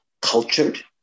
Cultured